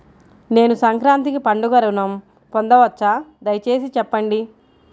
నేను సంక్రాంతికి పండుగ ఋణం పొందవచ్చా? దయచేసి చెప్పండి?